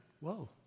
Whoa